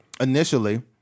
initially